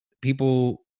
people